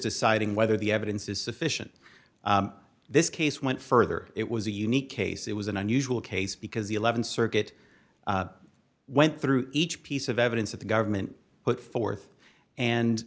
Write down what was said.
deciding whether the evidence is sufficient this case went further it was a unique case it was an unusual case because the th circuit went through each piece of evidence that the government put forth and